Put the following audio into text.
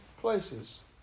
places